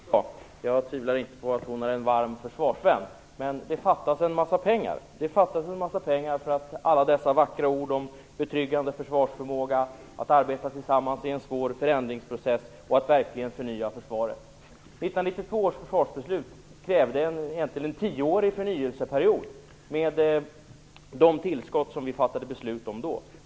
Herr talman! Det är lätt att instämma i huvuddelen av det som Britt Bohlin sade. Jag tvivlar inte på att hon är en varm försvarsvän. Men det fattas en massa pengar för att alla dessa vackra ord om betryggande försvarsförmåga, om samarbete i en svår förändringsprocess och om en verklig förnyelse av försvaret skall kunna förverkligas. 1992 års försvarsbeslut krävde en tioårig förnyelseperiod med de tillskott som vi då fattade beslut om.